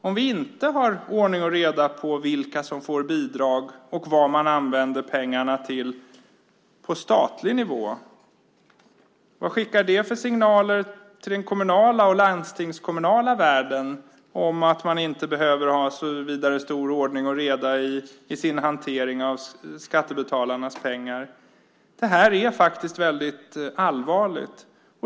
Om vi inte har ordning och reda när det gäller vilka som får bidrag och vad man använder pengarna till på statlig nivå, vilka signaler skickar det till den kommunala och landstingskommunala världen om att man inte behöver ha så vidare stor ordning och reda i sin hantering av skattebetalarnas pengar? Det här är väldigt allvarligt.